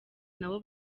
nabo